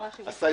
עשה.